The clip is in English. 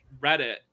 Reddit